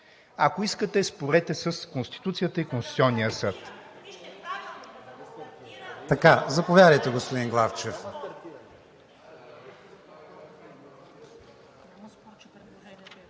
Ако искате спорете с Конституцията и с Конституционния съд.